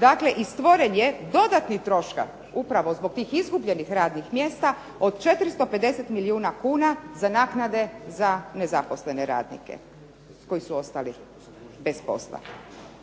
Dakle i stvoren je dodatni trošak upravo zbog tih izgubljenih radnih mjesta od 450 milijuna kuna za naknade za nezaposlene radnike koji su ostali bez posla.